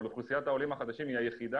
אבל אוכלוסיית העולים החדשים היא היחידה